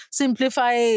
simplify